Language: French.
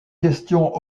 questions